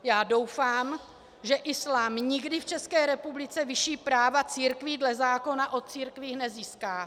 Já doufám, že islám nikdy v České republice vyšší práva církví dle zákona o církvích nezíská.